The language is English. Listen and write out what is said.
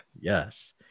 Yes